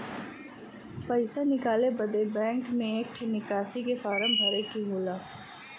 पइसा निकाले बदे बैंक मे एक ठे निकासी के फारम भरे के होला